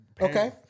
Okay